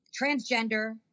transgender